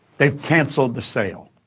they've canceled the sale,